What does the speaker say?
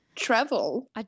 Travel